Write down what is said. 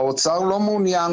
האוצר לא מעוניין.